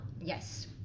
Yes